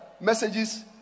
messages